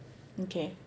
okay